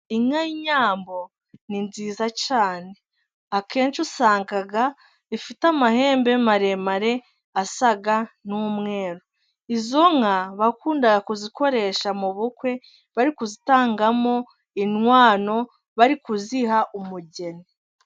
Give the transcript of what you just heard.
Inka y'inyambo ni nziza cyane. akenshi usanga ifite amahembe maremare asa n'umweru. Izo nka bakundaga kuzikoresha mu bukwe bari kuzitangamo inkwano bari kuziha umugeni.